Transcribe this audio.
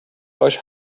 باهاش